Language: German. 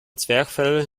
zwerchfell